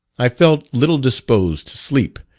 i felt little disposed to sleep,